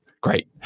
great